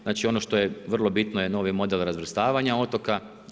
Znači ono to je vrlo bitno je novi model razvrstavanja otoka.